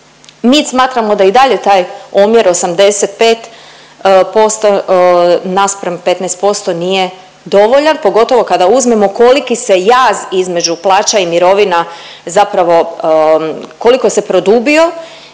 Mi smatramo da i dalje taj omjer 85% naspram 15% nije dovoljan pogotovo kada uzmemo koliki se jaz između plaća i mirovina zapravo koliko se produbio